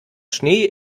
schnee